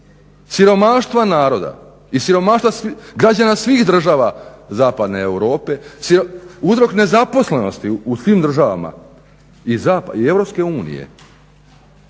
siromaštva naroda i siromaštva građana svih država zapadne Europe, uzrok nezaposlenosti u svim državama i EU, one